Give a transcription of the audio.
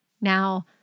Now